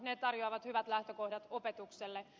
se tarjoaa hyvät lähtökohdat opetukselle